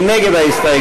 מי נגד ההסתייגות?